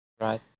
Right